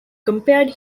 compared